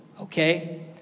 okay